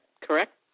correct